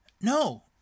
no